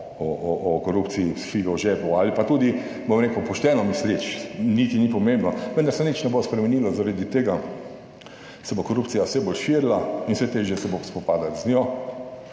o korupciji s figo v žepu ali pa tudi, bom rekel, pošteno misleč, niti ni pomembno, vendar se nič ne bo spremenilo. Zaradi tega se bo korupcija vse bolj širila in vse težje se bo spopadati z njo